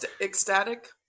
Ecstatic